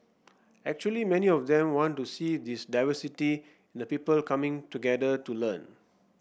actually many of them want to see this diversity in the people coming together to learn